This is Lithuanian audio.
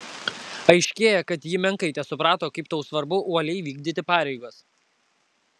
aiškėja kad ji menkai tesuprato kaip tau svarbu uoliai vykdyti pareigas